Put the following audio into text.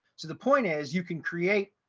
so the point is you can create,